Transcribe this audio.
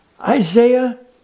Isaiah